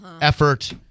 effort